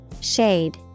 Shade